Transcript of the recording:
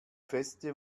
feste